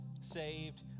saved